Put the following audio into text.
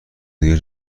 دیگه